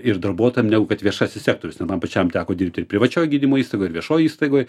ir darbuotojam negu kad viešasis sektorius man pačiam teko dirbti ir privačioj gydymo įstaigoj ir viešoj įstaigoj